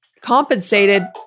compensated